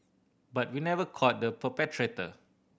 but we never caught the perpetrator